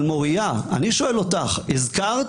אבל מוריה, אני שואל אותך, הזכרת